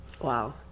Wow